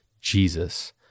Jesus